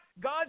God